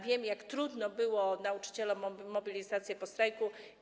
Wiem, jak trudno było nauczycielom o mobilizację po strajku.